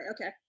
okay